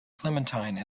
clementine